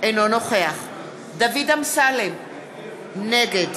נגד אלי אלאלוף, נגד